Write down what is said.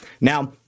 Now